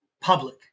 public